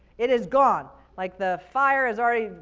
it is gone. like the fire is already,